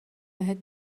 بهت